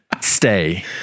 stay